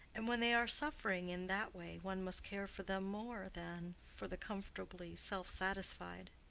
and when they are suffering in that way one must care for them more than for the comfortably self-satisfied.